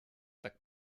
tak